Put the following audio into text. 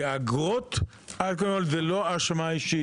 כי האגרות, א' כול, זו לא האשמה אישית,